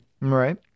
Right